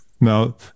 Now